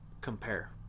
compare